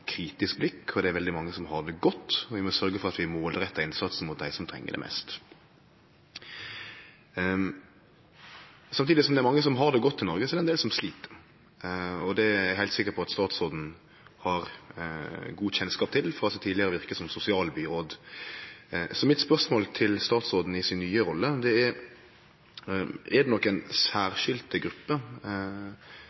kritisk blikk. Det er veldig mange som har det godt, og vi må sørgje for at vi målrettar innsatsen mot dei som treng det mest. Samtidig som det er mange som har det godt i Noreg, er det ein del som slit. Det er eg heilt sikker på at statsråden har god kjennskap til frå hennar tidlegare virke som sosialbyråd. Mitt spørsmål til statsråden som er i ei ny rolle, er: Er det nokon